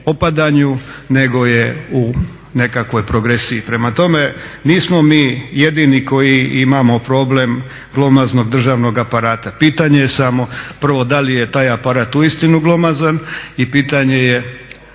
nego je u nekakvoj progresiji. Prema tome, nismo mi jedini koji imamo problem glomaznog državnog aparata. Pitanje je samo prvo da li je ta aparat uistinu glomazan i pitanje je